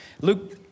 Luke